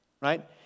Right